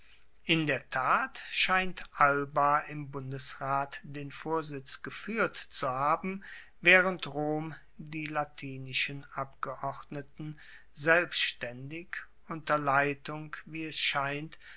in der tat scheint alba im bundesrat den vorsitz gefuehrt zu haben waehrend rom die latinischen abgeordneten selbstaendig unter leitung wie es scheint